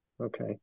Okay